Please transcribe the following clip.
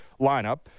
lineup